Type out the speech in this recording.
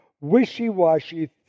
wishy-washy